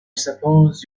suppose